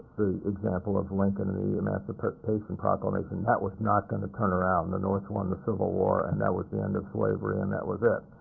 example of lincoln and the emancipation proclamation that was not going to turn around. the north won the civil war, and that was the end of slavery, and that was it.